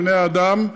בני-האדם,